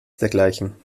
dergleichen